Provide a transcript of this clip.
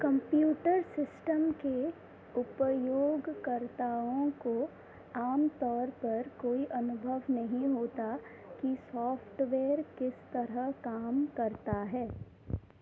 computer system के उपयोगकर्ताओं को आमतौर पर कोई अनुभव नहीं होता कि सॉफ्टवेयर किस तरह काम करता है